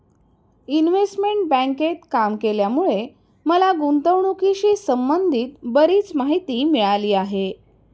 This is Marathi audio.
इन्व्हेस्टमेंट बँकेत काम केल्यामुळे मला गुंतवणुकीशी संबंधित बरीच माहिती मिळाली आहे